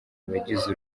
abagize